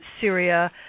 Syria